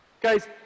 Guys